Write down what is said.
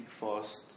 fast